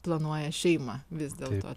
planuoja šeimą vis dėlto